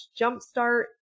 jumpstart